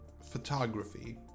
photography